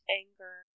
anger